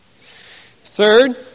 Third